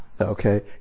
Okay